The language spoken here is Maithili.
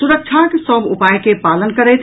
सुरक्षाक सभ उपाय के पालन करथि